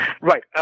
Right